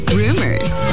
rumors